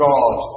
God